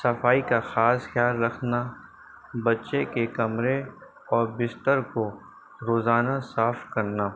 صفائی کا خاص خیال رکھنا بچے کے کمرے اور بستر کو روزانہ صاف کرنا